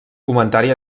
comentari